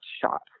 shot